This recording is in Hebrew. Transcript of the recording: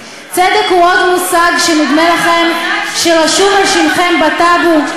צדק הוא עוד מושג שנדמה לכם שרשום על שמכם בטאבו,